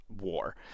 war